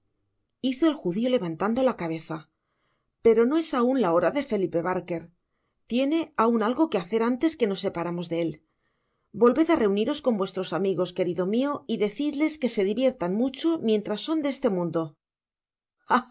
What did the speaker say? hizo el judio levantando la cabeza pero no es aun la hora de felipe barker tiene aun algo que hacer antes que nos separamos de él volved á reuniros con vuestros amigos querido mio y decidles que se diviertan mucho mientras son de este iiundo